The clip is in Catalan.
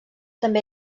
també